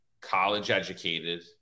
college-educated